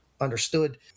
understood